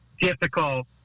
difficult